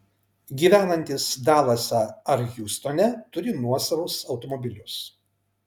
gyvenantys dalase ar hjustone turi nuosavus automobilius